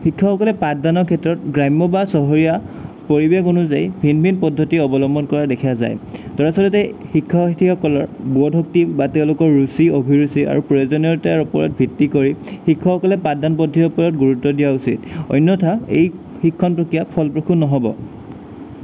শিক্ষকসকলে পাঠদানৰ ক্ষেত্ৰত গ্ৰাম্য বা চহৰীয়া পৰিৱেশ অনুযায়ী ভিন ভিন পদ্ধতি অৱলম্বন কৰা দেখা যায় দৰাচলতে শিক্ষক শিক্ষয়িত্ৰী সকলৰ বোধশক্তি বা তেওঁলোকৰ ৰুচি অভিৰুচি আৰু প্ৰয়োজনীয়তাৰ ওপৰত ভিত্তি কৰি শিক্ষকসকলে পাঠদান পদ্ধতিৰ ওপৰত গুৰুত্ব দিয়া উচিত অন্যথা এই শিক্ষণ প্ৰক্ৰিয়া ফলপ্ৰসূ নহ'ব